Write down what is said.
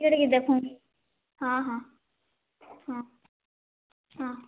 ଟିକେ ଟିକେ ଦେଖୁନ୍ ହଁ ହଁ ହଁ ହଁ